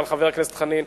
אבל חבר הכנסת חנין,